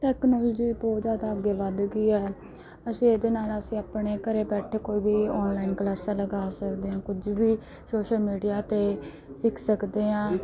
technology ਬਹੁਤ ਜ਼ਿਆਦਾ ਅੱਗੇ ਵੱਧ ਗਈ ਹੈ ਅਸੀਂ ਇਹਦੇ ਨਾਲ ਅਸੀਂ ਆਪਣੇ ਘਰ ਬੈਠੇ ਕੋਈ ਵੀ ਆਨਲਾਈਨ ਕਲਾਸਾਂ ਲਗਾ ਸਕਦੇ ਹਾਂ ਕੁਝ ਵੀ ਸੋਸ਼ਲ ਮੀਡੀਆ 'ਤੇ ਸਿੱਖ ਸਕਦੇ ਹਾਂ